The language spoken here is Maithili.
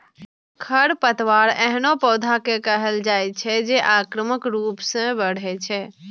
खरपतवार एहनो पौधा कें कहल जाइ छै, जे आक्रामक रूप सं बढ़ै छै